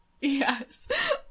yes